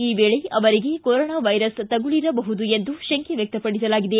ಈ ವೇಳೆ ಅವರಿಗೆ ಕೊರೊನಾ ವೈರಸ್ ತಗುಲಿರಬಹುದು ಎಂದು ಶಂಕೆ ವ್ಯಕ್ತಪಡಿಸಲಾಗಿದೆ